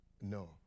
No